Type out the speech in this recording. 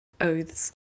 oaths